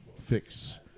fix